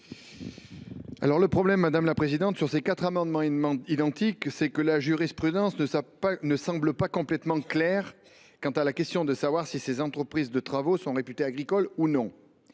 ? Le problème de ces quatre amendements identiques est que la jurisprudence ne semble pas complètement claire quant à savoir si ces entreprises de travaux sont réputées agricoles ou non.